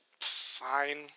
fine